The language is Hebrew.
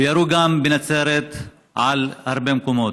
וירו גם בנצרת על הרבה מקומות.